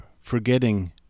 forgetting